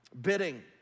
bidding